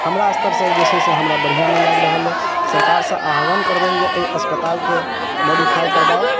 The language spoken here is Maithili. हमरा स्तरसँ जे छै से हमरा बढ़िआँ नहि लागि रहल अइ सरकारसँ आह्वाहन करबनि जे एहि अस्पतालके मॉडिफाय करबाउ